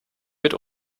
mit